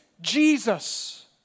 Jesus